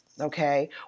Okay